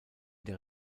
der